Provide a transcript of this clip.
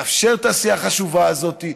לאפשר את העשייה החשובה הזאת,